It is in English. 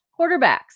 quarterbacks